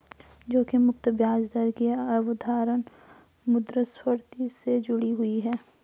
जोखिम मुक्त ब्याज दर की अवधारणा मुद्रास्फति से जुड़ी हुई है